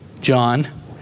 John